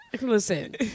Listen